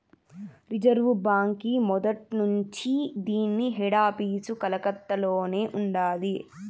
reserve బాంకీ మొదట్నుంచీ దీన్ని హెడాపీసు కలకత్తలోనే ఉండాది